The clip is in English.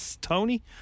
Tony